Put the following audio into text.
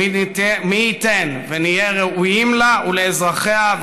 מי ייתן שנהיה ראויים לה ולאזרחיה,